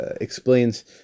explains